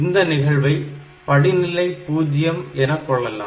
இந்த நிகழ்வை படிநிலை 0 என கொள்ளலாம்